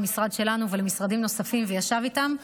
למשרד שלנו ולמשרדים נוספים וישב איתם,